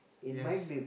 yes